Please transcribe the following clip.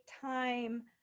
time